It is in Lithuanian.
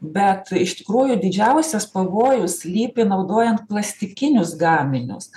bet iš tikrųjų didžiausias pavojus slypi naudojant plastikinius gaminius